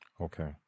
Okay